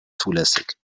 zulässig